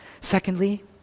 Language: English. Secondly